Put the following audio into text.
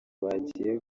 bagiye